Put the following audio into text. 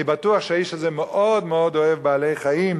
אני בטוח שהאיש הזה מאוד מאוד אוהב בעלי-חיים,